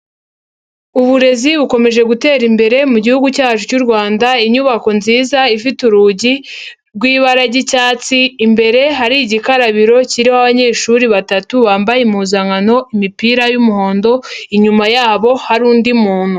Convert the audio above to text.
Uburezi bukomeje gutera imbere mu gihugu cyacu cy' Rwanda. Inyubako nziza ifite urugi rw'ibara ry'icyatsi, imbere hari igikarabiro kiriho abanyeshuri batatu, bambaye impuzankano, imipira y'umuhondo, inyuma yabo hari undi muntu.